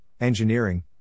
engineering